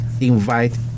invite